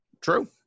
True